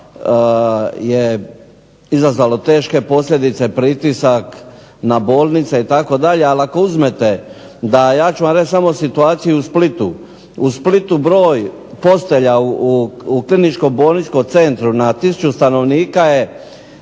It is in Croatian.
je izazvalo teške posljedice. Pritisak na bolnice itd. Ali ako uzmete ja ću vam reći samo situaciju u Splitu. U Splitu broj postelja u Kliničkom bolničkom centru na tisuću stanovnika je